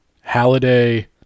Halliday